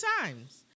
times